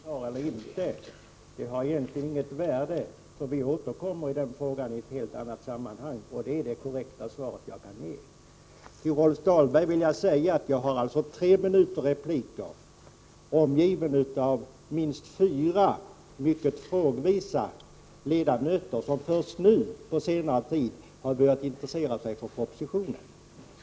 Herr talman! Till Tore Claeson vill jag säga att om han godkänner våra kommentarer eller inte har egentligen inget värde, eftersom vi återkommer till denna fråga i ett helt annat sammanhang. Det är det korrekta svar jag kan ge. Till Rolf Dahlberg vill jag säga att jag har tre minuters repliktid för att svara minst tre mycket frågvisa ledamöter som först på senare tid har börjat intressera sig för propositionen.